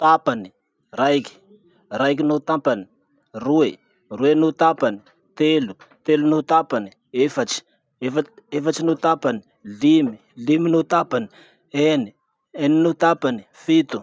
Tapany, raiky, raiky noho tapany, roe, roe noh tapany, telo, telo noho tapany, efatsy, efa- efatsy noho tapany, limy, limy noho tapany, eny, eny noho tapany, fito.